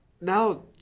now